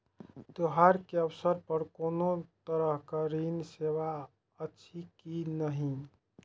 त्योहार के अवसर पर कोनो तरहक ऋण सेवा अछि कि नहिं?